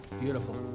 Beautiful